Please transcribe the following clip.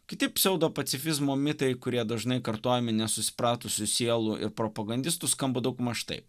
kiti pseudo pacifizmo mitai kurie dažnai kartojami nesusipratusių sielų ir propagandistų skamba daugmaž taip